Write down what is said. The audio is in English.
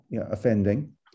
offending